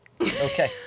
Okay